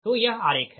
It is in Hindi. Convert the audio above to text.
तो यह आरेख है